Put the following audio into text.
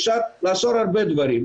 אפשר לאסור הרבה דברים.